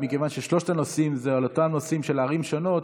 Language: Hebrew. מכיוון ששלוש השאילתות הן על אותם נושאים ורק ערים שונות,